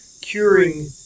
curing